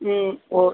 ம் ஓ